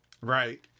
Right